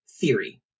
theory